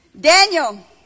Daniel